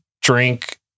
drink